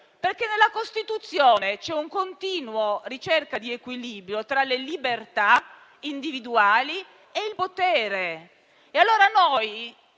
Perché nella Costituzione c'è una continua ricerca di equilibrio tra le libertà individuali e il potere. È chiaro